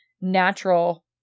natural